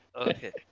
Okay